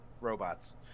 robots